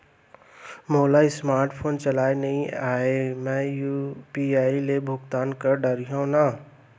मोला smart phone चलाए नई आए मैं यू.पी.आई ले भुगतान कर डरिहंव न?